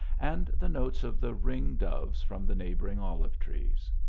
and the notes of the ring doves from the neighbouring olive trees.